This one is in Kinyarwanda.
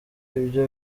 ibyo